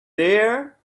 there